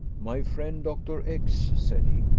my friend, dr. x, said he,